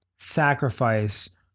sacrifice